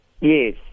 Yes